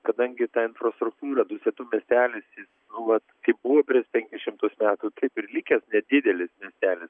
kadangi ta infrastruktūra dusetų miestelis jis nu vat kaip buvo prieš penkis šimtus metų taip ir likęs nedidelis miestelis